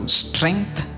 strength